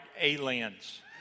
aliens